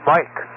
Mike